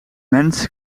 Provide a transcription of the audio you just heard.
mens